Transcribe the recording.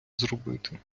зробити